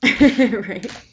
Right